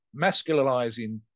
masculinizing